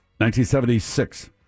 1976